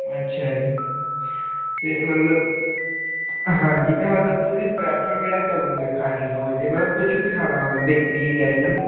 ਅੱਛਾ ਜੀ ਤੇ ਮਤਲਬ ਹਾਂਜੀ ਤੇ ਮਤਲਬ ਤੁਸੀਂ ਪ੍ਰੈਫਰ ਕਿਹੜਾ ਕਰੋਗੇ ਖਾਣੀ ਹੋਵੇ ਜੇ ਮਤਲਬ ਕੁਝ ਵੀ ਖਾਣਾ ਹੋਵੇ ਬੇਕਰੀ ਦੀ ਆਈਟਮ